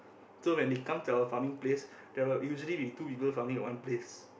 so when they come to our farming place there will usually be two people farming at one place